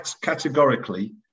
Categorically